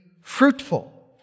fruitful